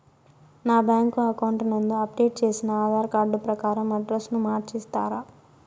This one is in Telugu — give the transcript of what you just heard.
నా బ్యాంకు అకౌంట్ నందు అప్డేట్ చేసిన ఆధార్ కార్డు ప్రకారం అడ్రస్ ను మార్చిస్తారా?